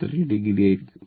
3o ആയിരിക്കും